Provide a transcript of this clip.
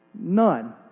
None